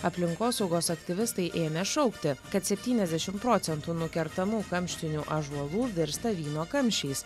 aplinkosaugos aktyvistai ėmė šaukti kad septyniasdešimt procentų nukertamų kamštinių ąžuolų virsta vyno kamščiais